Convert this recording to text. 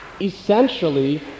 essentially